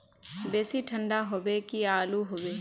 बेसी ठंडा होबे की आलू होबे